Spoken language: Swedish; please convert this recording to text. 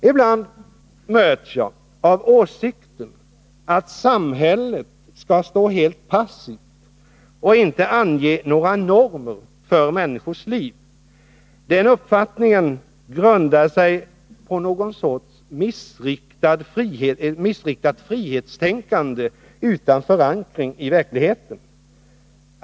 Ibland möts jag av åsikten att samhället skall stå helt passivt och inte ange några normer för människors liv. Den uppfattningen grundar sig på någon sorts missriktat frihetstänkande utan förankring i verkligheten.